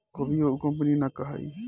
कभियो उ कंपनी ना कहाई